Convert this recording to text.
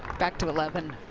back to eleven.